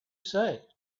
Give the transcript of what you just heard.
say